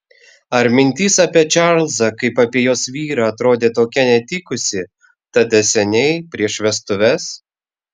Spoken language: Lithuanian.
ar mintis apie čarlzą kaip apie jos vyrą atrodė tokia netikusi tada seniai prieš vestuves